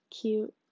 cute